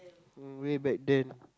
mm way back then